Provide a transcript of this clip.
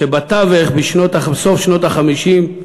ובתווך, בסוף שנות ה-50,